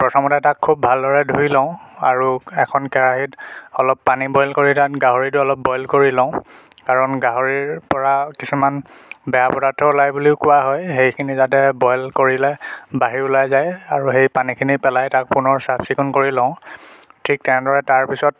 প্ৰথমতে তাক খুব ভালদৰে ধুই লওঁ আৰু এখন কেৰাহীত অলপ পানী বইল কৰি তাত গাহৰিটো অলপ বইল কৰি লওঁ কাৰণ গাহৰি পৰা কিছুমান বেয়া পদাৰ্থ ওলাই বুলিও কোৱা হয় সেইখিনি যাতে বইল কৰিলে বাহিৰ ওলাই যায় আৰু সেই পানীখিনি পেলাই তাক পুনৰ চাফ চিকুণ কৰি লওঁ ঠিক তেনেদৰে তাৰপিছত